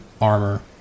armor